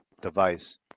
device